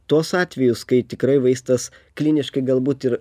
tuos atvejus kai tikrai vaistas kliniškai galbūt ir